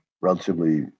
relatively